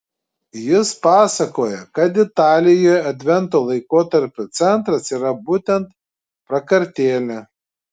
jis pasakoja kad italijoje advento laikotarpio centras yra būtent prakartėlė